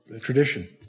Tradition